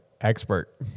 Expert